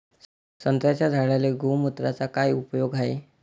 संत्र्याच्या झाडांले गोमूत्राचा काय उपयोग हाये?